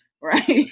Right